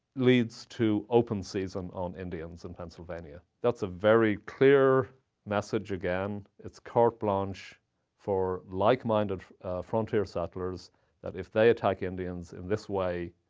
leads to open season on indians in pennsylvania. that's a very clear message. again, it's carte blanche for like-minded frontier settlers that if they attack indians in this way,